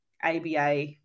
ABA